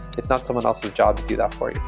it's not someone else's job to do that for you.